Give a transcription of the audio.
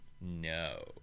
No